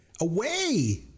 Away